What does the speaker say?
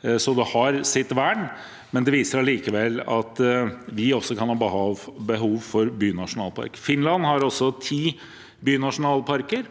det har sitt vern, men det viser allikevel at vi også kan ha behov for bynasjonalparker. Finland har ti bynasjonalparker